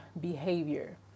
behavior